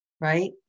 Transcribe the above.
right